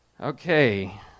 Okay